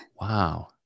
wow